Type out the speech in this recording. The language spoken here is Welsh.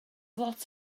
lot